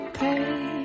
pay